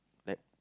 like